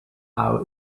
how